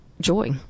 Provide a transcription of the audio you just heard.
joy